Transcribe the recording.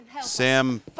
Sam